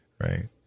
Right